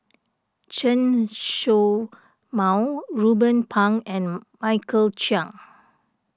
Chen Show Mao Ruben Pang and Michael Chiang